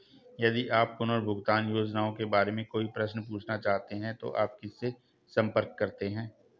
यदि आप पुनर्भुगतान योजनाओं के बारे में कोई प्रश्न पूछना चाहते हैं तो आप किससे संपर्क करते हैं?